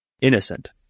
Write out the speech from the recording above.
innocent